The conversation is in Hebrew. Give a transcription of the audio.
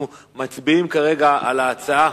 אנחנו מצביעים כרגע על ההצעה